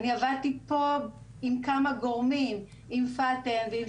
אני עבדתי פה עם כמה גורמים, עם